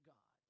God